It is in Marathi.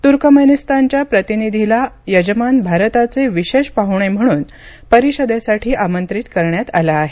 तुर्कमेनिस्तानच्या प्रतिनिधीला यजमान भारताचे विशेष पाहुणे म्हणून परिषदेसाठी आमंत्रित करण्यात आलं आहे